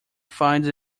finds